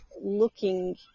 looking